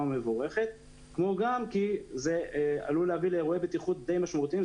ומבורכת אלא זה עלול להביא לאירועי בטיחות די משמעותיים.